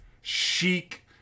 chic